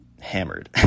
hammered